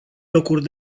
locuri